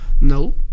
No